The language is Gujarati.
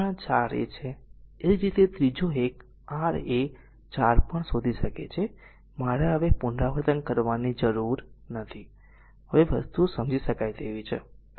એ જ રીતે ત્રીજો એક R a 4 પણ શોધી શકે છે કે મારે હવે પુનરાવર્તન કરવાની જરૂર નથી હવે વસ્તુઓ સમજી શકાય તેવી છે